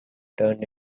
turned